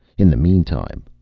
in the meantime,